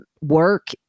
work